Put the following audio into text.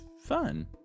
Fun